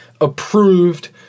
approved